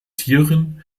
tieren